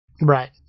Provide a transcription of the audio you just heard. Right